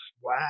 Wow